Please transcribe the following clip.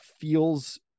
feels